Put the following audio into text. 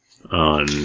On